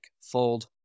Fold